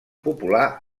popular